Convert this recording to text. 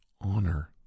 honor